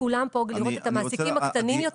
לכולם לראות את המעסיקים הקטנים יותר